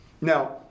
Now